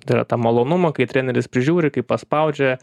tai yra tą malonumą kai treneris prižiūri kai paspaudžia